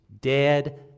Dead